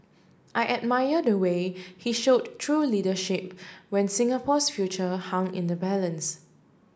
I admire the way he showed true leadership when Singapore's future hung in the balance